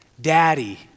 Daddy